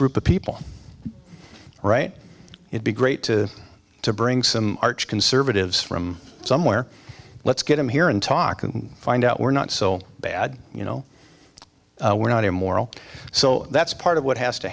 group of people write it be great to to bring some arch conservatives from somewhere let's get him here and talk and find out we're not so bad you know we're not immoral so that's part of what has to